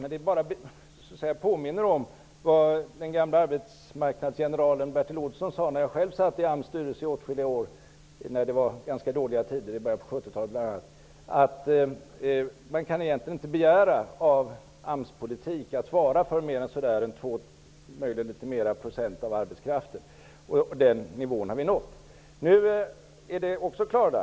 Men det påminner om vad den gamle arbetsmarknadsgeneralen Bertil Olsson sade när jag själv satt i AMS styrelse under åtskilliga år då det var ganska dåliga tider, bl.a. i början på 70 talet. Han sade att man egentligen inte kan begära att AMS politik skall svara för mer än möjligen litet mer än 2 % av arbetskraften. Den nivån har vi nu nått.